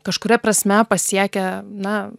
kažkuria prasme pasiekę na